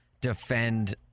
defend